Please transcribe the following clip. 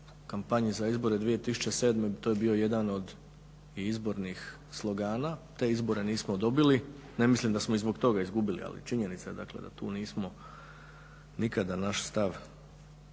kompaniji za izbore 2007., to je bio jedan od izbornih slogana, te izbore nismo dobili. Ne mislim da smo ih zbog toga izgubili. Ali činjenica dakle, da tu nismo nikada naš stav